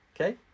Okay